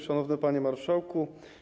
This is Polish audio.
Szanowny Panie Marszałku!